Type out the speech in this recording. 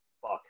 fuck